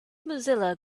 mozilla